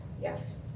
Yes